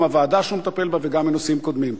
הוועדה שהוא מטפל בה וגם בנושאים קודמים.